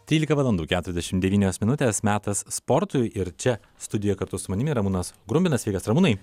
trylika valandų keturiasdešimt devynios minutės metas sportui ir čia studijoje kartu su manimi ramūnas grumbinas sveikas ramūnai